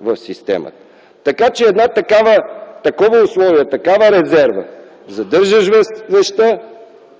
в системата. Едно такова условие, такава резерва - задържаш вещта,